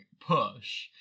push